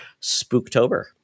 Spooktober